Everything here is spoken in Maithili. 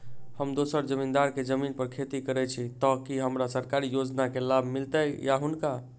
हम दोसर जमींदार केँ जमीन पर खेती करै छी तऽ की हमरा सरकारी योजना केँ लाभ मीलतय या हुनका?